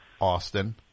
Austin